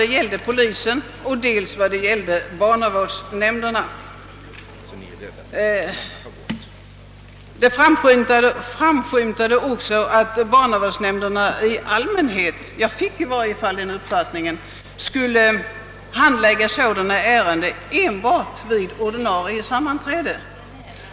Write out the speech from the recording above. Det gällde dels polisen och dels barnavårdsnämnderna. Det framskymtade också att barnavårdsnämnderna i allmänhet — åtminstone fick jag den uppfattningen — skulle handlägga sådana ärenden enbart vid ordinarie sammanträden.